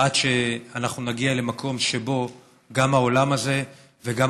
עד שאנחנו נגיע למקום שבו גם העולם הזה וגם